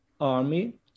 army